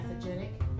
pathogenic